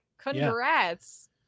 congrats